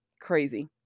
crazy